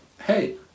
hey